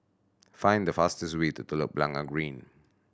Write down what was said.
find the fastest way to Telok Blangah Green